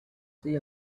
see